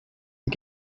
und